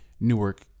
newark